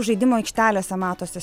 žaidimo aikštelėse matosi